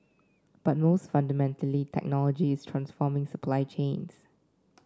but most fundamentally technology is transforming supply chains